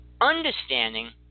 Understanding